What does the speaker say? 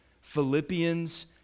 Philippians